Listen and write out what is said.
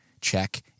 check